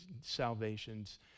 salvations